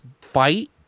fight